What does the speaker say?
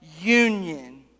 union